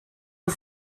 was